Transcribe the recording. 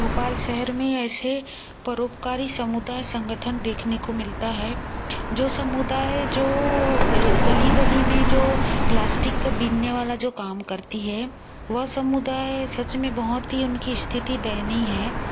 भोपाल शेहर में ऐसे परोपकारी समुदाय संगठन देखने को मिलता है जो समुदाय जो गली गली में जो प्लास्टिक को बीनने वाला जो काम करती है वह समुदाय सच में बहुत ही उनकी स्थिति दयनीय है